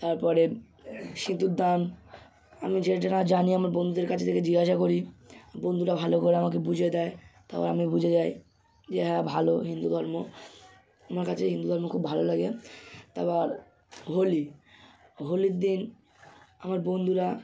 তারপরে সিঁদুর দান আমি যে যেটা জানি আমার বন্ধুদের কাছে থেকে জিজ্ঞাসা করি বন্ধুরা ভালো করে আমাকে বুঝিয়ে দেয় তারপর আমি বুঝে যাই যে হ্যাঁ ভালো হিন্দু ধর্ম আমার কাছে হিন্দু ধর্ম খুব ভালো লাগে তারপর হোলি হোলির দিন আমার বন্ধুরা